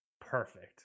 Perfect